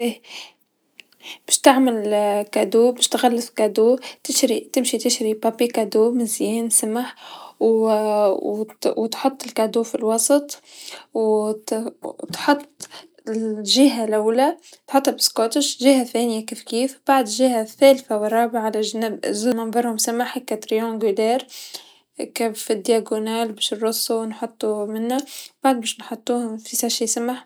باش تغلق هديه تشري تمشي تشري ورق الهدايا، مزيان سمح و و تحط الهديه في الوسط و ت-نحط جيها لولا تحط سكوتش، جيها ثانيا كيف كيف، بعد جيها ثالثا و رابعا، لجناب سمح هاكا ثلاثي هاكا في القطري باش نرسو و نحطو منه، بعد باش نحطوهم في كيس سمح.